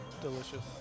Delicious